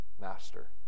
master